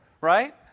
Right